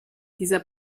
dieser